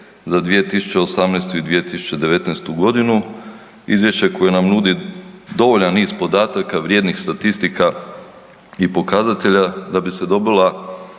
za 2018. i 2019. g. Izvješće koje nam nudi dovoljan niz podataka, vrijednih statistika i pokazatelja da bi se dobila